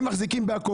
הם מחזיקים בהכול,